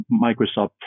Microsoft